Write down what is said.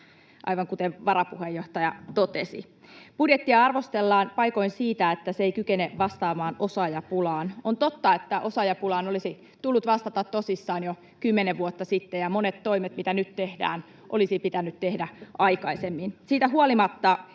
aivan kuten varapuheenjohtaja totesi. Budjettia arvostellaan paikoin siitä, että se ei kykene vastaamaan osaajapulaan. On totta, että osaajapulaan olisi tullut vastata tosissaan jo kymmenen vuotta sitten ja monet toimet, mitä nyt tehdään, olisi pitänyt tehdä aikaisemmin. Siitä huolimatta